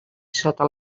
sota